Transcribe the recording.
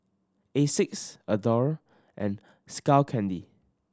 Asics Adore and Skull Candy